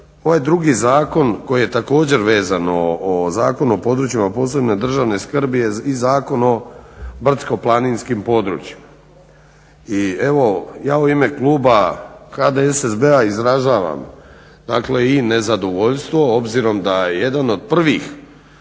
ovaj drugi zakon koji je također vezan o Zakonu o područjima posebne državne skrbi je i Zakon o brdsko-planinskim područjima. I evo ja u ime kluba HDSSB-a izražavam, dakle i nezadovoljstvo obzirom da je jedan od prvih